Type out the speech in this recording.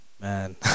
man